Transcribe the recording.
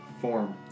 form